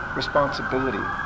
responsibility